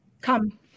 Come